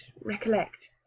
recollect